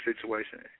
situation